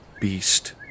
beast